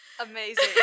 Amazing